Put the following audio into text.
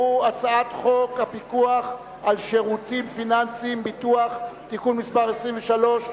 הצעת חוק הפיקוח על שירותים פיננסיים (ביטוח) (תיקון מס' 23),